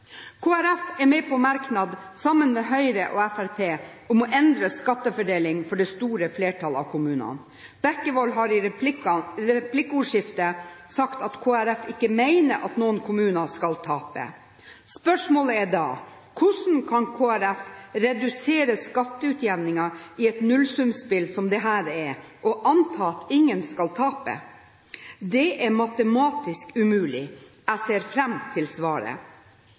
er med på en merknad sammen med Høyre og Fremskrittspartiet om å endre skattefordeling for det store flertallet av kommunene. Bekkevold har i replikkordskiftet sagt at Kristelig Folkeparti ikke mener at noen kommuner skal tape. Spørsmålet er da: Hvordan kan Kristelig Folkeparti redusere skatteutjevningen i et nullsumspill som dette er, og anta at ingen skal tape? Det er matematisk umulig. Jeg ser fram til svaret.